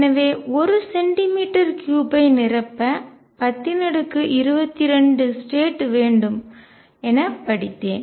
எனவே ஒரு centimetre cube ஐ நிரப்ப 1022 ஸ்டேட் வேண்டும் என படித்தேன்